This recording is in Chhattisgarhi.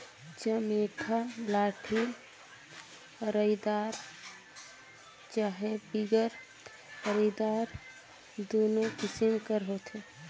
चमेटा लाठी अरईदार चहे बिगर अरईदार दुनो किसिम कर होथे